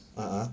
a'ah